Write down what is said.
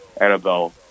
Annabelle